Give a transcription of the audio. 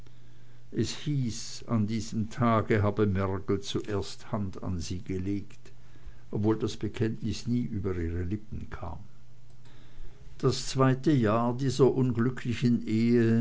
es hieß an diesem tage habe mergel zuerst hand an sie gelegt obwohl das bekenntnis nie über ihre lippen kam das zweite jahr dieser unglücklichen ehe